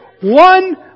one